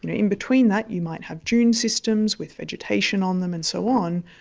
in between that you might have dune systems with vegetation on them and so on,